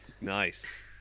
Nice